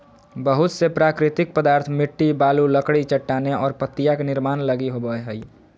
बहुत से प्राकृतिक पदार्थ मिट्टी, बालू, लकड़ी, चट्टानें और पत्तियाँ के निर्माण लगी होबो हइ